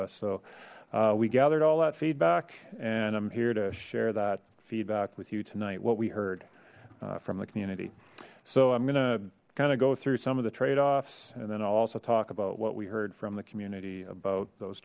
us so we gathered all that feedback and i'm here to share that feedback with you tonight what we heard from the community so i'm going to kind of go through some of the trade offs and then i'll also talk about what we heard from the community about those